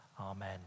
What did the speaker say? Amen